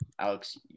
Alex